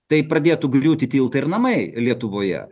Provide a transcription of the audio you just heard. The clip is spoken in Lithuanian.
tai pradėtų griūti tiltai ir namai lietuvoje